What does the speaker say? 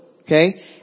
Okay